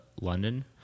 London